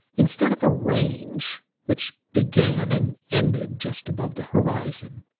instead of a range which began and ended just above the horizon,